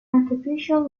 artificial